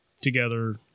together